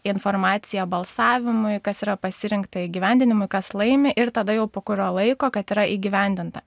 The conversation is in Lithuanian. į informaciją balsavimui kas yra pasirinkta įgyvendinimui kas laimi ir tada jau po kurio laiko kad yra įgyvendinta